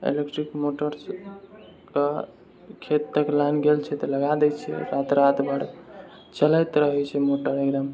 electric मोटरसँ के खेत तक लाइन गेल छै तऽ लगाय दै छियै राति राति भरि चलैत रहय छै मोटर एकदम